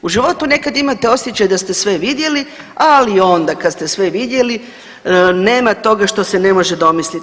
U životu nekad imate osjećaj da ste sve vidjeli, ali onda kad ste sve vidjeli nema toga što se ne može domislit.